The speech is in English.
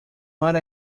what